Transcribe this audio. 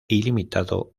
ilimitado